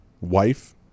wife